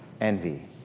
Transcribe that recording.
envy